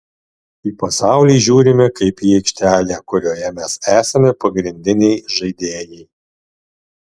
į pasaulį žiūrime kaip į aikštelę kurioje mes esame pagrindiniai žaidėjai